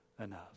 enough